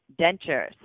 dentures